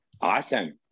Awesome